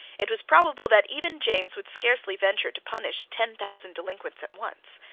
it was probable that even james would scarcely venture to punish ten thousand delinquents at once.